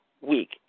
week